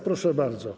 Proszę bardzo.